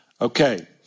Okay